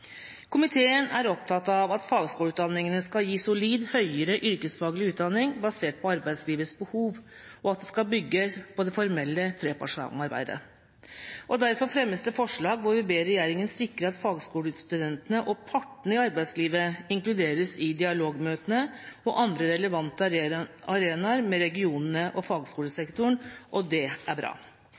Komiteen er opptatt av at fagskoleutdanningene skal gi solid høyere yrkesfaglig utdanning basert på arbeidslivets behov, og at det skal bygge på det formelle trepartssamarbeidet. Derfor fremmes det forslag hvor vi ber regjeringa sikre at fagskolestudentene og partene i arbeidslivet inkluderes i dialogmøtene og andre relevante arenaer med regionene og fagskolesektoren. Det er bra.